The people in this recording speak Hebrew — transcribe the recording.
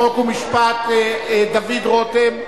חוק ומשפט דוד רותם,